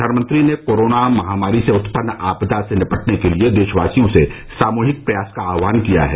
प्रधानमंत्री ने कोरोना महामारी से उत्पन्न आपदा से निपटने के लिए देशवासियों से सामूहिक प्रयास का आहवान किया है